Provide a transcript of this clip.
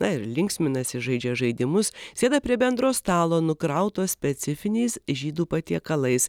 na ir linksminasi žaidžia žaidimus sėda prie bendro stalo nukrauto specifiniais žydų patiekalais